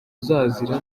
azazira